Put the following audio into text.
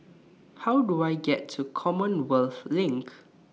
How Do I get to Commonwealth LINK